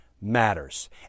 matters